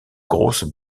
grosses